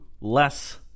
less